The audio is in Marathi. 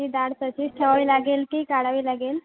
ती दाढ तशीच ठेवावी लागेल की काढावी लागेल